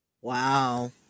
Wow